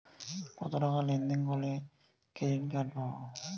কতটাকা লেনদেন করলে ক্রেডিট কার্ড পাব?